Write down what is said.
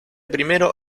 primero